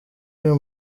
uyu